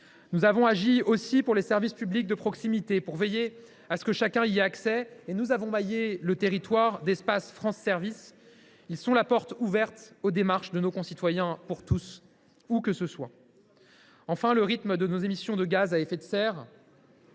Nous avons agi, aussi, pour les services publics de proximité, pour veiller à ce que chacun y ait accès, en maillant le territoire d’espaces France Services. Ils sont la porte ouverte aux démarches de nos concitoyens, pour tous, où que ce soit. Tout va bien alors ! Enfin, nos émissions de gaz à effet de serre